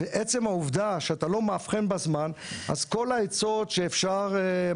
עצם העובדה שאתה לא מאבחן בזמן אז כל העצות שהציעו כאן,